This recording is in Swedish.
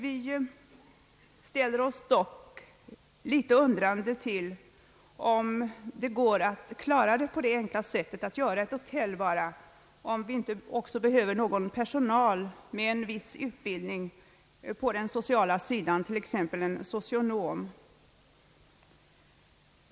Vi ställer oss dock något undrande till om man kan klara detta så enkelt som genom enbart ett hotell. Behövs det inte någon personal med utbildning på den sociala sidan, t.ex. en socionom?